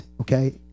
Okay